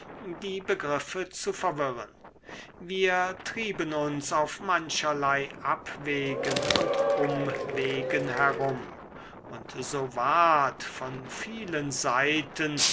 die begriffe zu verwirren wir trieben uns auf mancherlei abwegen und umwegen herum und so ward von vielen seiten